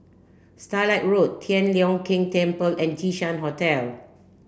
Starlight Road Tian Leong Keng Temple and Jinshan Hotel